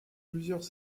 plusieurs